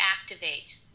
activate